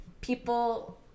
people